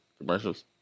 commercials